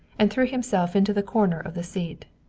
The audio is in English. and threw himself into the corner of the seat.